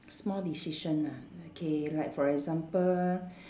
small decision ah okay like for example